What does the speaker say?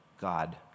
God